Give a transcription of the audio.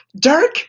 Dirk